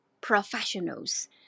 professionals